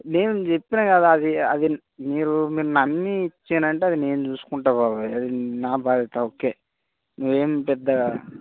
నేను చెప్పిన కదా అది అది మీరు మీరు నమ్మీ ఇచ్చిన అంటే అది నేను చూసుకుంటాను బాబాయ్ అది నా బాధ్యత ఓకే మీరు ఏమిపెద్ద